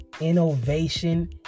innovation